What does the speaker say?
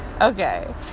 Okay